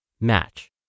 match